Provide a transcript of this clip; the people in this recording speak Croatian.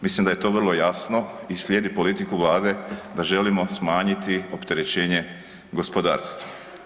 Mislim da je to vrlo jasno i slijedi politiku Vlade da želimo smanjiti opterećenje gospodarstva.